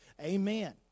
Amen